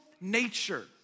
nature